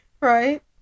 Right